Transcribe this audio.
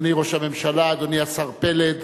אדוני ראש הממשלה, אדוני השר פלד.